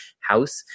house